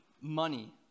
money